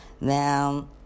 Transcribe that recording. Now